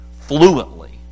fluently